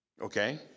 Okay